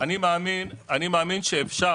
אני מאמין שאפשר